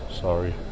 sorry